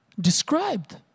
described